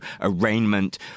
arraignment